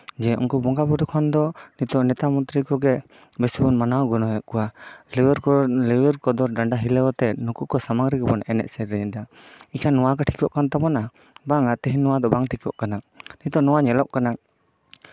ᱡᱮ ᱩᱱᱠᱩ ᱵᱚᱸᱜᱟ ᱵᱳᱨᱳ ᱠᱷᱚᱱ ᱫᱚ ᱱᱮᱛᱟ ᱢᱚᱱᱛᱤᱨᱤ ᱠᱚᱜᱮ ᱵᱮᱥᱤ ᱵᱚᱱ ᱢᱟᱱᱟᱣ ᱜᱩᱱᱟᱹᱣ ᱮᱜ ᱠᱚᱣᱟ ᱞᱮᱣᱮᱨ ᱠᱚᱫᱚᱨ ᱰᱟᱱᱰᱟ ᱦᱤᱞᱟᱹᱣ ᱟᱛᱮᱜ ᱱᱩᱠᱩ ᱥᱟᱢᱟᱝ ᱨᱮᱜᱮ ᱵᱚᱱ ᱮᱱᱮᱡ ᱥᱮᱨᱮᱧ ᱮᱫᱟ ᱮᱱᱠᱷᱟᱱ ᱱᱚᱣᱟ ᱠᱤ ᱴᱷᱤᱠᱚᱜ ᱠᱟᱱ ᱛᱟᱵᱳᱱᱟ ᱵᱟᱝᱟ ᱛᱮᱦᱮᱧ ᱱᱚᱣᱟ ᱫᱚ ᱵᱟᱝ ᱴᱷᱤᱠᱚᱜ ᱠᱟᱱ ᱛᱟᱵᱳᱱᱟ ᱱᱤᱛᱚᱜ ᱱᱚᱣᱟ ᱧᱮᱞᱚᱜ ᱠᱟᱱᱟ